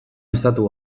estatu